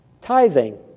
tithing